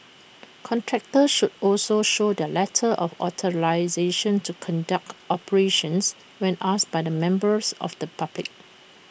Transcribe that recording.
contractors should also show their letter of authorisation to conduct operations when asked by the members of the public